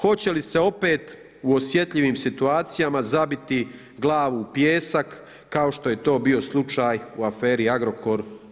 Hoće li se opet u osjetljivim situacijama zabiti glavu u pijesak kao što je to bio slučaj u aferi Agrokor?